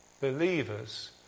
believers